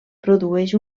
produeix